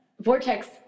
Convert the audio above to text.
Vortex